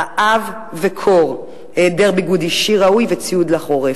רעב וקור, היעדר ביגוד אישי ראוי וציוד לחורף.